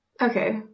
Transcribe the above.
Okay